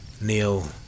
Neil